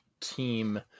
team